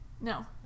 No